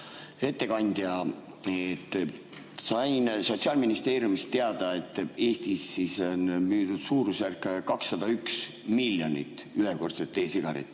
ettekandja! Sain Sotsiaalministeeriumist teada, et Eestis on müüdud suurusjärgus 201 miljonit ühekordset e‑sigaretti.